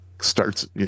starts